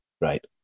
right